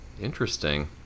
interesting